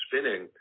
spinning